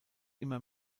immer